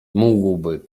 mógłby